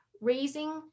raising